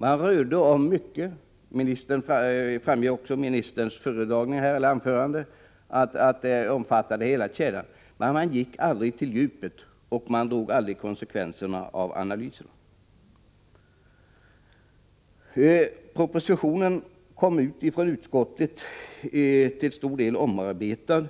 Man rörde om mycket — det framgick även av ministerns anförande —, men man gick aldrig på djupet, och man drog inte konsekvenserna av de analyser som gjorts. Propositionens förslag kom ut från utskottet till stor del omarbetat.